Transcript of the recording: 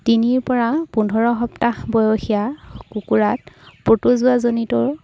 তিনিৰপৰা পোন্ধৰ সপ্তাহ বয়সীয়া কুকুৰাত প্ৰতজোৱাজনিত